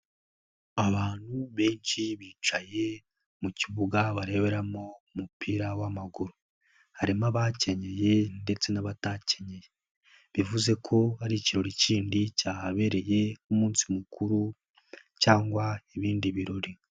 Abantu benshi bicaye mu kibuga bareberamo umupira w'amaguru. Harimo abakenyeye ndetse n'abatakenyeye. Bivuze ko hari ikirori kindi cyahabereye nk'umunsi mukuru cyangwa ibindi birori.